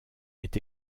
est